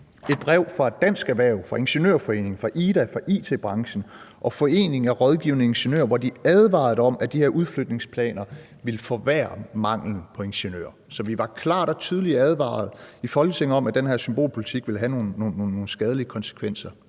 et brev fra Dansk Erhverv, fra Ingeniørforeningen, IDA, fra it-branchen og Foreningen af Rådgivende Ingeniører, hvor de advarede om, at de her udflytningsplaner ville forværre manglen på ingeniører. Så vi var i Folketinget klart og tydeligt advaret om, at den her symbolpolitik ville have nogle skadelige konsekvenser,